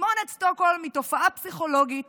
תסמונת סטוקהולם היא תופעה פסיכולוגית